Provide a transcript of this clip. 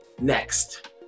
next